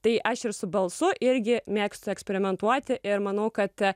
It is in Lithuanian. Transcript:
tai aš ir su balsu irgi mėgstu eksperimentuoti ir manau kad